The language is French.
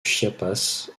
chiapas